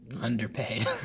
Underpaid